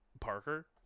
Parker